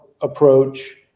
approach